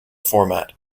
format